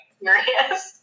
serious